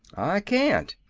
i can't,